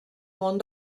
món